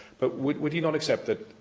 but would would he not accept that